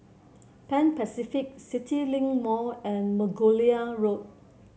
Pan Pacific CityLink Mall and Margoliouth Road